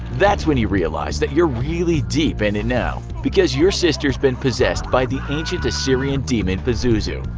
that's when you realize that you're really deep and in now, because your sister's been possessed by the ancient assyrian demon, pazuzu,